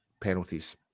penalties